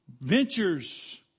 ventures